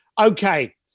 Okay